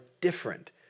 different